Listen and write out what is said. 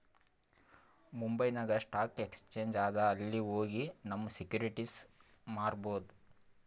ಮುಂಬೈನಾಗ್ stock exchange ಅದಾ ಅಲ್ಲಿ ಹೋಗಿ ನಮ್ ಸೆಕ್ಯೂರಿಟಿಸ್ ಮಾರ್ಬೊದ್